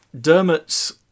Dermot's